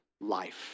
life